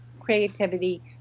creativity